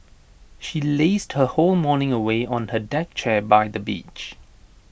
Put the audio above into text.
she lazed her whole morning away on her deck chair by the beach